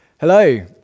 Hello